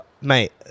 mate